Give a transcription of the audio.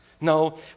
No